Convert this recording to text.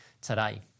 today